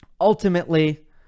Ultimately